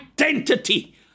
identity